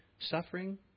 Suffering